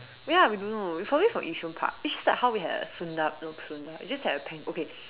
ya we don't know it is probably from Yishun Park it's just like how we had a tsuna~ no tsuna~ we just had a pa~ okay